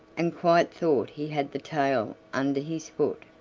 and quite thought he had the tail under his foot,